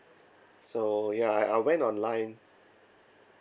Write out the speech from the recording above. so ya I I went online